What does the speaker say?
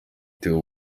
theo